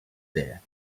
there